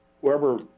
whoever